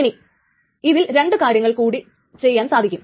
ഇനി ഇതിൽ രണ്ടു കാര്യങ്ങൾ കൂടി ചെയ്യാൻ സാധിക്കും